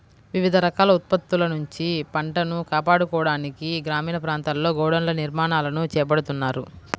వివిధ రకాల విపత్తుల నుంచి పంటను కాపాడుకోవడానికి గ్రామీణ ప్రాంతాల్లో గోడౌన్ల నిర్మాణాలను చేపడుతున్నారు